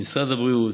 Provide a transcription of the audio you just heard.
למשרד הבריאות,